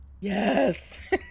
Yes